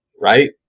right